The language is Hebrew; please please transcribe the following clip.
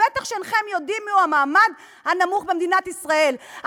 ובטח שאינכם יודעים מיהו המעמד הנמוך במדינת ישראל,